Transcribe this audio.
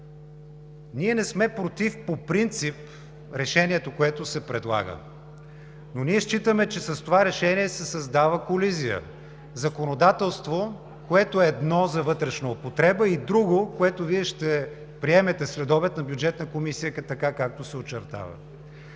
не сме против решението, което се предлага, но ние считаме, че с това решение се създава колизия – законодателство, което е едно за вътрешна употреба, и друго, което Вие ще приемете следобед на Бюджетна комисия, както се очертава.